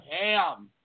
ham